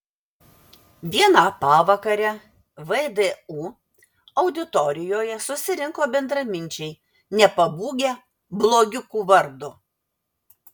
vieną pavakarę vdu auditorijoje susirinko bendraminčiai nepabūgę blogiukų vardo